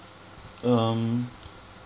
um